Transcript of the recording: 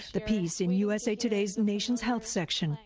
the piece in usa today's nation health section.